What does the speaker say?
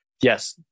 Yes